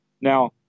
Now